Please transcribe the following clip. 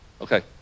Okay